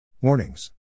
Warnings